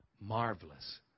Marvelous